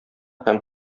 һәм